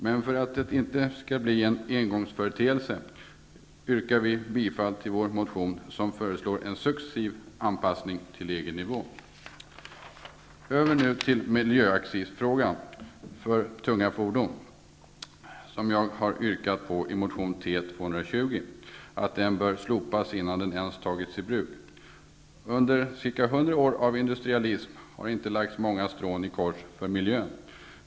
Men för att det inte skall bli en engångsföreteelse yrkar jag bifall till vår motion, där vi föreslår en successiv anpassning till Så över till frågan om miljöaccis för tunga fordon. Jag har yrkat i motion T220 att den bör slopas innan den ens har tagits i bruk. Under ca 100 år av industrialism har det inte lagts många strån i kors för miljön.